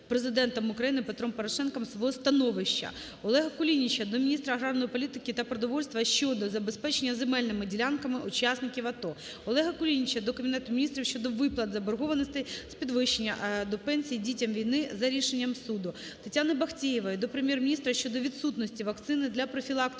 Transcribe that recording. Президентом України Петром Порошенком свого становища. Олега Кулініча до міністра аграрної політики та продовольства щодо забезпечення земельними ділянками учасників АТО. Олега Кулініча до Кабінету Міністрів щодо виплат заборгованостей з підвищення до пенсії дітям війни за рішенням суду. Тетяни Бахтеєвої до Прем'єр-міністра щодо відсутності вакцини для профілактики